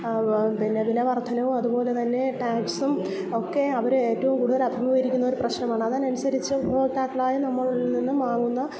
പിന്നെ വില വർധനവും അതുപോലെ തന്നെ ടാക്സും ഒക്കെ അവർ ഏറ്റവും കൂടുതൽ അഭിമുഖീകരിക്കുന്നൊരു പ്രശ്നമാണ് അതിനനുസരിച്ച് ഉപഭോക്താക്കളായ നമ്മളിൽ നിന്നും വാങ്ങുന്ന